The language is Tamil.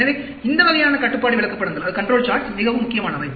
எனவே இந்த வகையான கட்டுப்பாடு விளக்கப்படங்கள் மிகவும் முக்கியமானவை